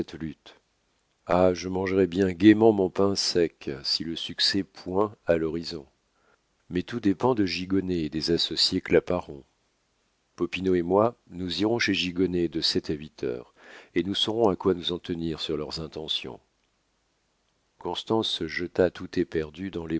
ah je mangerai bien gaiement mon pain sec si le succès poind à l'horizon mais tout dépend de gigonnet et des associés claparon popinot et moi nous irons chez gigonnet de sept à huit heures et nous saurons à quoi nous en tenir sur leurs intentions constance se jeta tout éperdue dans les